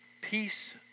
peace